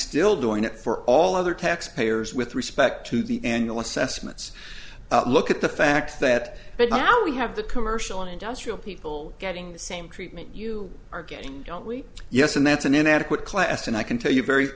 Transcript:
still doing it for all other taxpayers with respect to the annual assessment look at the fact that but now we have the commercial and industrial people getting the same treatment you are getting don't we yes and that's an inadequate class and i can tell you very